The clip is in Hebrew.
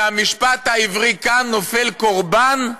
והמשפט העברי כאן נופל קורבן,